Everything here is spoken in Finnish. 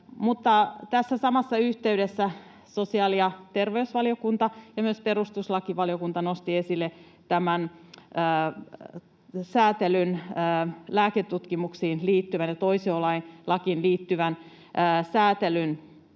tässä samassa yhteydessä sosiaali- ja terveysvaliokunta ja myös perustuslakivaliokunta nostivat esille tämän lääketutkimuksiin liittyvän säätelyn ja toisiolakiin liittyvän säätelyn